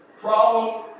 problem